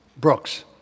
Brooks